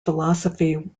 philosophy